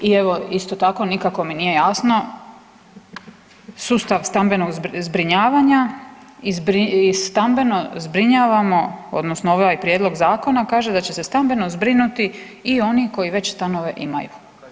I evo isto tako nikako mi nije jasno sustav stambenog zbrinjavanja i stambeno zbrinjavamo odnosno ovaj prijedlog zakona kaže da će se stambeno zbrinuti i oni koji već stanove imaju.